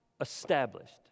established